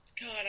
God